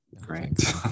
Great